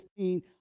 15